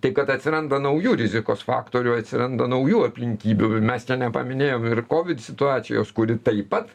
taip kad atsiranda naujų rizikos faktorių atsiranda naujų aplinkybių mes čia nepaminėjom ir kovid situacijos kuri taip pat